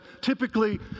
typically